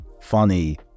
funny